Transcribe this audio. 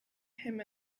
him